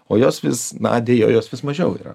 o jos vis na deja jos vis mažiau yra